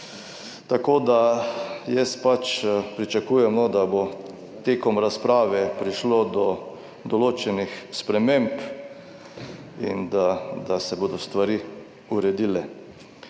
Tako da jaz pač pričakujem, da bo tekom razprave prišlo do določenih sprememb in da se bodo stvari uredile.